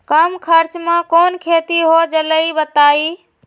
कम खर्च म कौन खेती हो जलई बताई?